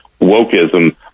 wokeism